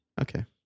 Okay